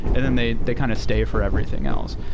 and and they they kind of stay for everything else.